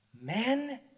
men